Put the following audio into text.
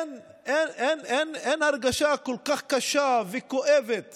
אין הרגשה קשה וכואבת